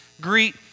greet